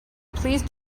please